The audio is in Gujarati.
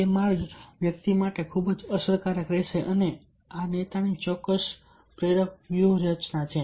તે ખૂબ જ અસરકારક રહેશે અને આ નેતાની ચોક્કસ પ્રેરક વ્યૂહરચના છે